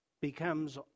becomes